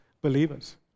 believers